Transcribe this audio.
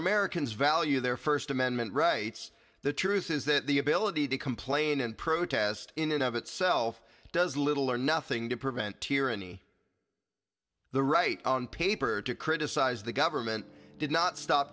americans value their first amendment rights the truth is that the ability to complain and protest in and of itself does little or nothing to prevent tyranny the right on paper to criticize the government did not stop